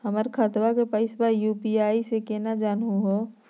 हमर खतवा के पैसवा यू.पी.आई स केना जानहु हो?